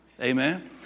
Amen